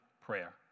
prayer